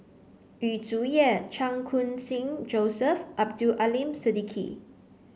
Yu Zhuye Chan Khun Sing Joseph and Abdul Aleem Siddique